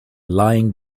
lying